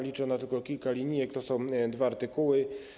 Liczy ona tylko kilka linijek, to są dwa artykuły.